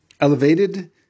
elevated